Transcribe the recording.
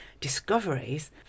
discoveries